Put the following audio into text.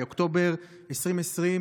באוקטובר 2020,